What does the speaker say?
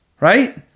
right